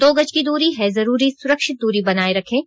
दो गज की दूरी है जरूरी सुरक्षित दूरी बनाए रखें